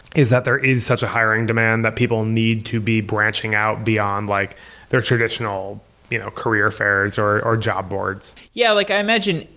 is that there is such a hiring demand that people need to be branching out beyond like their traditional you know career fairs, or or job boards yeah. like i imagine,